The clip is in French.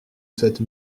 cette